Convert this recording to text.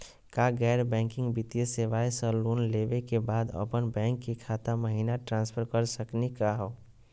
का गैर बैंकिंग वित्तीय सेवाएं स लोन लेवै के बाद अपन बैंको के खाता महिना ट्रांसफर कर सकनी का हो?